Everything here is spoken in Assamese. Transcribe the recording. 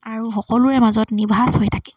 আৰু সকলোৰে মাজত নিভাঁজ হৈ থাকে